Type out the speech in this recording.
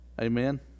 Amen